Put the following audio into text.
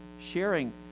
sharing